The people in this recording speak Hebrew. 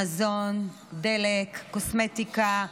מזון, דלק, קוסמטיקה,